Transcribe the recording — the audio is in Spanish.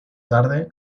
tarde